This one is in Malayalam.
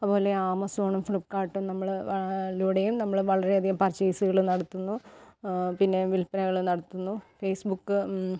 അതുപോലെ ആമസോണും ഫ്ലിപ്കാർട്ടും നമ്മൾ ലൂടെയും വളരെയധികം പർച്ചേസുകൾ നടത്തുന്നു പിന്നെ വിൽപ്പനകളും നടത്തുന്നു ഫേസ്ബുക്ക്